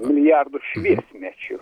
milijardų šviesmečių